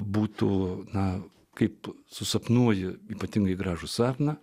būtų na kaip susapnuoju ypatingai gražų sapną